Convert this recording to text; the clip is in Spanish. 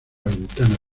ventana